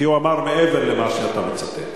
כי הוא אמר מעבר למה שאתה מצטט.